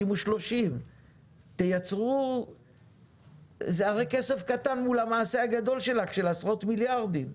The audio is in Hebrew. שימו 30. זה הרי כסף קטן מול המעשה הגדול שלך של עשרות מיליארדים.